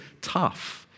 tough